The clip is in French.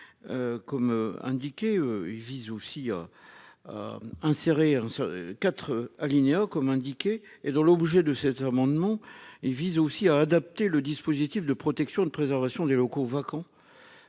Comme indiqué il vise aussi à. Insérer sur 4 alinéa comme indiqué et dont l'objet de cet amendement et vise aussi à adapter le dispositif de protection de préservation des locaux vacants.